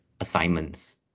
assignments